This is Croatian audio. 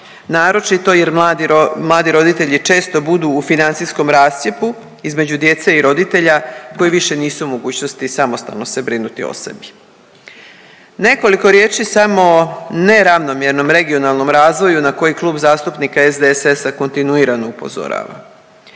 naročito jer mladi roditelji često budu u financijskom rascjepu između djece i roditelja koji više nisu u mogućnosti samostalno se brinuti o sebi. Nekoliko riječi samo neravnomjernom regionalnom razvoju na koje Klub zastupnika SDSS-a kontinuirano upozorava.